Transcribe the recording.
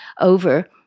over